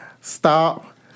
stop